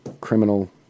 criminal